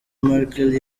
merkel